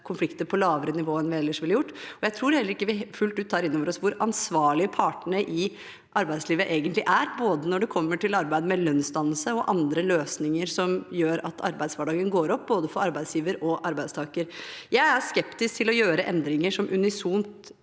konflikter på lavere nivå enn man ellers ville gjort. Jeg tror heller ikke vi fullt ut tar inn over oss hvor ansvarlige partene i arbeidslivet egentlig er når det gjelder både arbeid med lønnsdannelse og andre løsninger som gjør at arbeidshverdagen går opp for både arbeidsgiver og arbeidstaker. Jeg er skeptisk til å gjøre endringer som